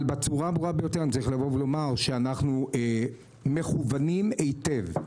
אבל בצורה הברורה ביותר אני צריך לומר שאנחנו מכוונים היטב,